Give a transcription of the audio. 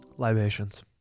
libations